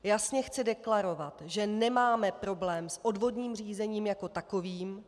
Jasně chci deklarovat, že nemáme problém s odvodním řízením jako takovým.